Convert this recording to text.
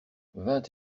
vingt